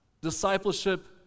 discipleship